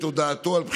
איננו.